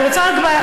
אני רוצה רק,